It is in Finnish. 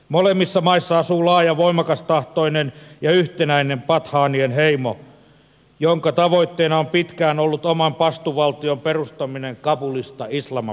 molemmissa maissa asuu laaja voimakastahtoinen ja yhtenäinen pataanien heimo jonka tavoitteena on pitkään ollut oman pastu valtion perustaminen kabulista islamabadiin